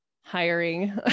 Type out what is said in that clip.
hiring